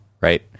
Right